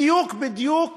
בדיוק-בדיוק